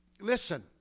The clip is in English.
Listen